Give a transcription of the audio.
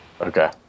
Okay